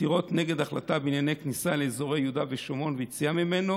עתירות נגד החלטה בענייני כניסה לאזור יהודה ושומרון ויציאה ממנו